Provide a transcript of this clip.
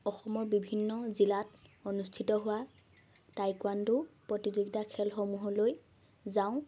অসমৰ বিভিন্ন জিলাত অনুষ্ঠিত হোৱা টাইকুৱাণ্ডো প্ৰতিযোগিতাৰ খেলসমূহলৈ যাওঁ